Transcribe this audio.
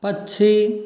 पक्षी